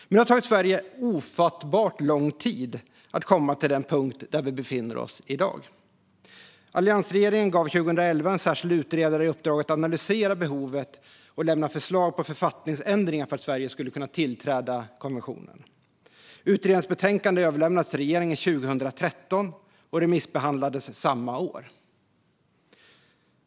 Men det har tagit Sverige ofattbart lång tid att komma till den punkt där vi befinner oss i dag. Alliansregeringen gav 2011 en särskild utredare i uppdrag att analysera behovet och lämna förslag på författningsändringar för att Sverige skulle kunna tillträda konventionen. Utredningens betänkande överlämnades till regeringen 2013 och remissbehandlades samma år.